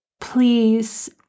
please